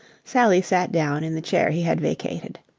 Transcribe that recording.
sally sat down in the chair he had vacated.